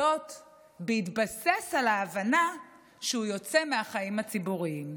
זאת בהתבסס על ההבנה שהוא יוצא מהחיים הציבוריים.